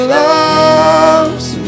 loves